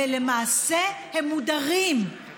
ולמעשה הם מודרים.